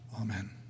amen